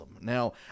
Now